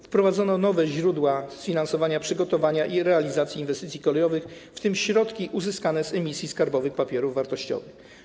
Wprowadzono nowe źródła finansowania przygotowania i realizacji inwestycji kolejowych, w tym środki uzyskane z emisji skarbowych papierów wartościowych.